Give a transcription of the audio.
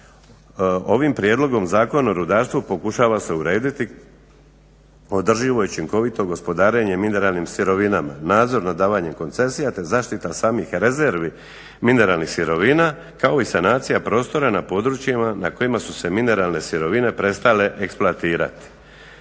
ovim Prijedlogom zakona o rudarstvu pokušava se urediti održivo i učinkovito gospodarenje mineralnim sirovinama, nadzor nad davanjem koncesija te zaštita samih rezervi mineralnih sirovina kao i sanacija prostora na područjima na kojima su se mineralne sirovine prestale eksploatirati.